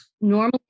Normally